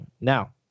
Now